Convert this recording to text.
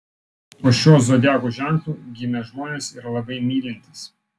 po šiuo zodiako ženklu gimę žmonės yra labai mylintys